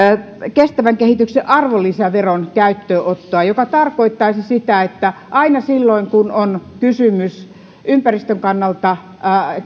kestävän kehityksen arvonlisäveron käyttöönottoa mikä tarkoittaisi sitä että aina silloin kun on kysymys ympäristön kannalta